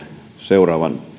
seuraavan